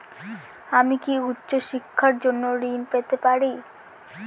আমি কি উচ্চ শিক্ষার জন্য ঋণ পেতে পারি?